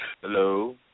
Hello